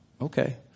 Okay